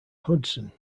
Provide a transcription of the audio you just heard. hudson